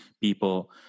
people